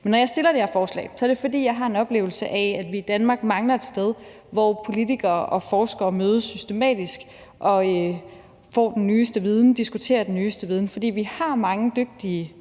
når jeg har fremsat det her forslag, er det, fordi jeg har en oplevelse af, at vi i Danmark mangler et sted, hvor politikere og forskere mødes systematisk og diskuterer den nyeste viden. For vi har mange dygtige